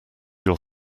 your